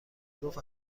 گفت